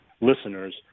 listeners